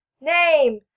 Name